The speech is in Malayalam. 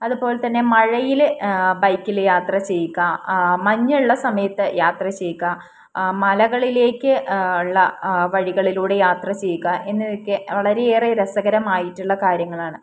അതുപോലെത്തന്നെ മഴയിൽ ബൈക്കിൽ യാത്ര ചെയ്യുക മഞ്ഞുള്ള സമയത്ത് യാത്ര ചെയ്യുക മലകളിലേക്ക് ഉള്ള വഴികളിലൂടെ യാത്ര ചെയ്യുക എന്നിവയൊക്കെ വളരെയേറെ രസകരമായിട്ടുള്ള കാര്യങ്ങളാണ്